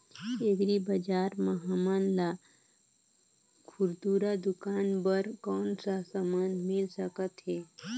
Agri बजार म हमन ला खुरदुरा दुकान बर कौन का समान मिल सकत हे?